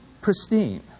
pristine